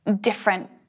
different